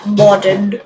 modern